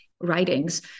writings